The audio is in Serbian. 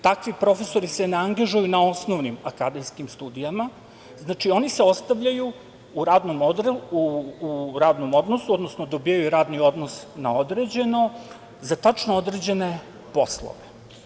Takvi profesori se ne angažuju na osnovnim akademskim studijama, znači, oni se ostavljaju u radnom odnosu, odnosno dobijaju radni odnos na određeno za tačno određene poslove.